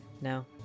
No